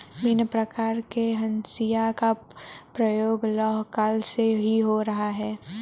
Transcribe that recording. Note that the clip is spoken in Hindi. भिन्न प्रकार के हंसिया का प्रयोग लौह काल से ही हो रहा है